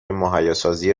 مهیاسازی